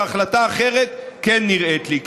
והחלטה אחרת כן נראית לי,